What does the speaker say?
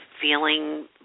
feeling